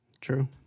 True